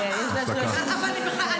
כן, יש לה 30 שניות תגובה.